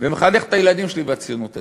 ומחנך את הילדים שלי בציונות הדתית.